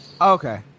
okay